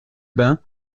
bains